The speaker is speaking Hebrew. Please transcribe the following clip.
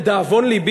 לדאבון לבי,